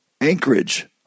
Anchorage